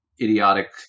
idiotic